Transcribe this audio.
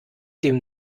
dem